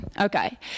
Okay